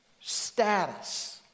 status